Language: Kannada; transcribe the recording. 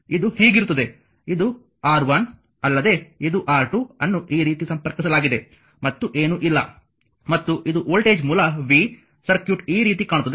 ಇದು ಹೀಗಿರುತ್ತದೆ ಇದು R1 ಅಲ್ಲದೆ ಇದು R2 ಅನ್ನು ಈ ರೀತಿ ಸಂಪರ್ಕಿಸಲಾಗಿದೆ ಮತ್ತು ಏನೂ ಇಲ್ಲ ಮತ್ತು ಇದು ವೋಲ್ಟೇಜ್ ಮೂಲ v ಸರ್ಕ್ಯೂಟ್ ಈ ರೀತಿ ಕಾಣುತ್ತದೆ